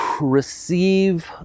receive